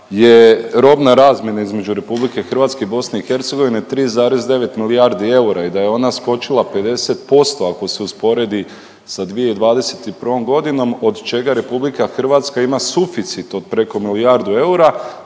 je robna razmjena između RH i BiH 3,9 milijardi eura i da je ona skočila 50% ako se usporedi sa 2021.g. od čega RH ima suficit od preko milijardu eura,